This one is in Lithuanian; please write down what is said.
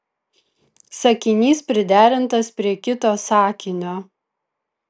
sakinys priderintas prie kito sakinio